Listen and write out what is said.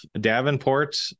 Davenport